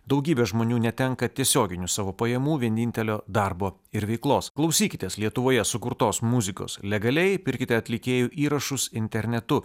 daugybė žmonių netenka tiesioginių savo pajamų vienintelio darbo ir veiklos klausykitės lietuvoje sukurtos muzikos legaliai pirkite atlikėjų įrašus internetu